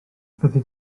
fyddi